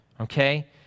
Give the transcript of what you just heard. okay